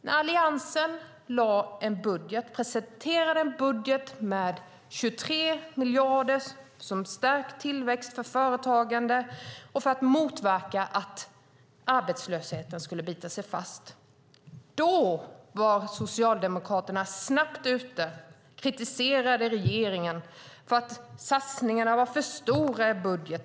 När Alliansen presenterade en budget med 23 miljarder för att stärka tillväxt för företagande och för att motverka att arbetslösheten skulle bita sig fast var Socialdemokraterna snabbt ute och kritiserade regeringen för att satsningarna i budgeten var för stora.